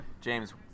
James